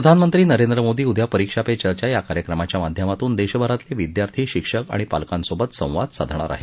प्रधानमंत्री नरेंद्र मोदी उद्या परीक्षा पे चर्चा या कार्यक्रमाच्या माध्यमातून देशभरातले विद्यार्थी शिक्षक आणि पालकांसोबत संवाद साधणार आहेत